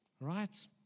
Right